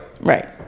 Right